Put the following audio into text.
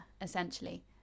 essentially